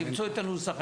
למצוא את הנוסח.